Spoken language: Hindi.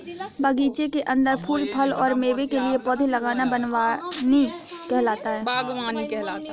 बगीचे के अंदर फूल, फल और मेवे के लिए पौधे लगाना बगवानी कहलाता है